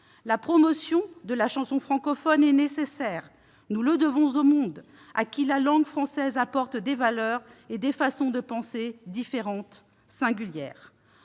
La promotion de la chanson francophone est nécessaire. Nous la devons au monde, auquel la langue française apporte des valeurs et des façons de penser différentes, singulières.